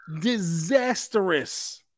disastrous